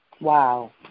Wow